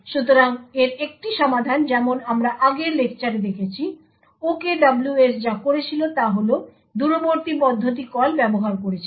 সুতরাং এর একটি সমাধান যেমন আমরা আগের লেকচারে দেখেছি OKWS যা করেছিল তা হল দূরবর্তী পদ্ধতি কল ব্যবহার করেছিল